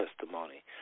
testimony